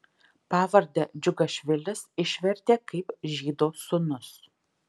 pavardę džiugašvilis išvertė kaip žydo sūnus